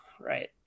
right